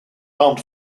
armed